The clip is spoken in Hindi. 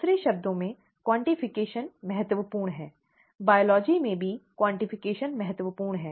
दूसरे शब्दों में क्वॉन्टिफ़िकेशॅन महत्वपूर्ण है जीव विज्ञान में भी क्वॉन्टिफ़िकेशॅन महत्वपूर्ण है